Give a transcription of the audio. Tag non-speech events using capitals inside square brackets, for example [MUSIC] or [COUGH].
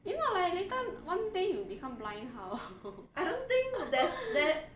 if not like later one day you become blind how [NOISE]